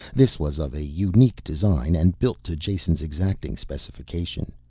this was of a unique design and built to jason's exacting specification,